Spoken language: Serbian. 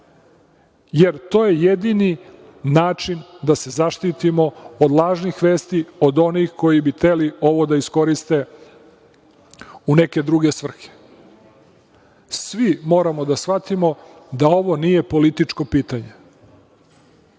jer to je jedini način da se zaštitimo od lažnih vesti, od onih koji bi hteli ovo da iskoriste u neke druge svrhe. Svi moramo da shvatimo da ovo nije političko pitanje,